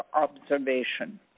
observation